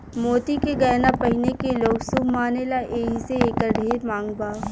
मोती के गहना पहिने के लोग शुभ मानेला एही से एकर ढेर मांग बा